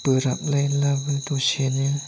बोराबलायबाबो दसेनो